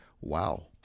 Wow